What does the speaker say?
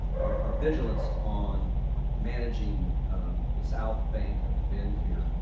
our vigilance on managing the south bank of the bend here,